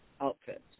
outfits